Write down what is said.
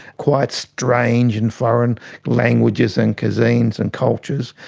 quite strange, and foreign languages and cuisines and cultures,